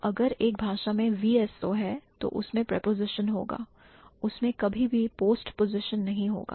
तो अगर एक भाषा में VSO है तो उसमें preposition होगा उसमें कभी भी postposition नहीं होगा